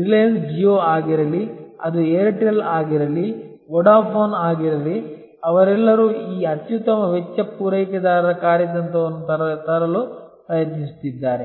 ರಿಲಯನ್ಸ್ ಜಿಯೋ ಆಗಿರಲಿ ಅದು ಏರ್ಟೆಲ್ ಆಗಿರಲಿ ವೊಡಾಫೋನ್ ಆಗಿರಲಿ ಅವರೆಲ್ಲರೂ ಈ ಅತ್ಯುತ್ತಮ ವೆಚ್ಚ ಪೂರೈಕೆದಾರರ ಕಾರ್ಯತಂತ್ರವನ್ನು ತರಲು ಪ್ರಯತ್ನಿಸುತ್ತಿದ್ದಾರೆ